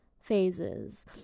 phases